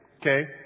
Okay